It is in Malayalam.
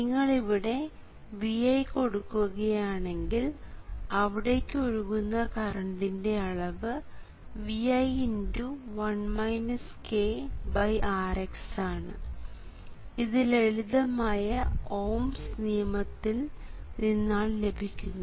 നിങ്ങൾ ഇവിടെ Vi കൊടുക്കുകയാണെങ്കിൽ അവിടേയ്ക്ക് ഒഴുകുന്ന കറണ്ടിൻറെ അളവ് ViRx ആണ് ഇത് ലളിതമായ ഓംസ് നിയമത്തിൽ നിന്നാണ് ലഭിക്കുന്നത്